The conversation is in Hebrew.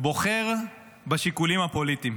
בוחר בשיקולים הפוליטיים.